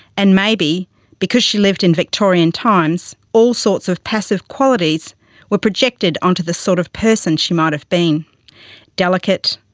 and maybe because she lived in victorian times, all sorts of passive qualities were projected onto the sort of person she might have been delicate,